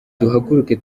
duhaguruke